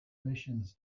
missions